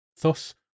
Thus